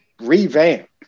revamp